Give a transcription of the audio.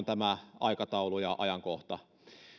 tämä aikataulu ja ajankohta